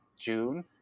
June